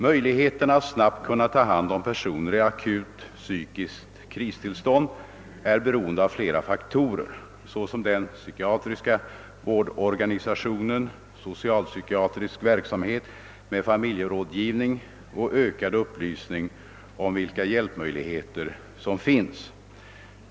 Möjligheterna att snabbt kunna ta hand om personer i akut psykiskt kristillstånd är beroende av flera faktorer, såsom den psykiatriska vårdorganisationen, socialpsykiatrisk verksamhet med familjerådgivning och ökad upplysning om vilka hjälpmöjligheter som finns.